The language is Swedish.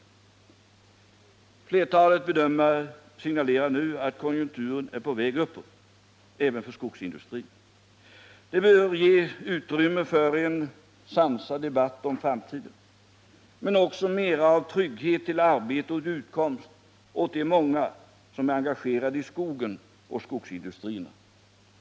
Flertalet bedömare signalerar nu att konjunkturen är på väg uppåt även för skogsindustrin. Det bör då bli utrymme för en sansad debatt om framtiden, men också för mera av trygghet i arbete och utkomst åt de många som är engagerade i skogen och i skogsindustrierna.